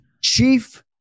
Chief